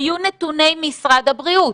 היו נתוני משרד הבריאות,